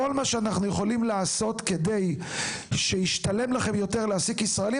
כל מה שאנחנו יכולים לעשות כדי שישתלם לכם יותר להעסיק ישראלים,